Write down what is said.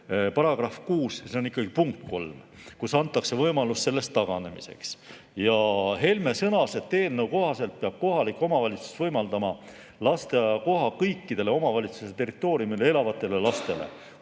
punkt 3 – see on ikkagi [lõige] 3 –, kus antakse võimalus sellest taganeda. Helme sõnas, et eelnõu kohaselt peab kohalik omavalitsus võimaldama lasteaiakoha kõikidele omavalitsuse territooriumil elavatele lastele.